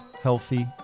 healthy